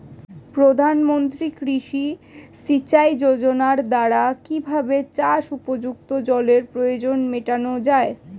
প্রধানমন্ত্রী কৃষি সিঞ্চাই যোজনার দ্বারা কিভাবে চাষ উপযুক্ত জলের প্রয়োজন মেটানো য়ায়?